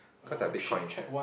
cause I Bitcoin